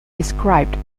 described